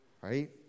right